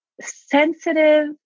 sensitive